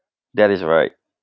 that is right